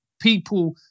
people